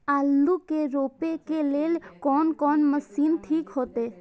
आलू के रोपे के लेल कोन कोन मशीन ठीक होते?